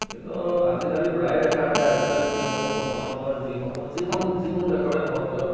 কিন্তু আজিকালি প্ৰায়ে দেখা যায় আজিকালি যিসমূহ বৰ্তমান সময়ত যিসমূহ যিখন যিকোনো দেশৰে নহওক কিয়